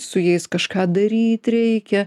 su jais kažką daryt reikia